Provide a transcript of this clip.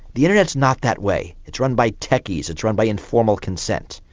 the internet is not that way, it's run by techies, it's run by informal consent.